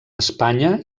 espanya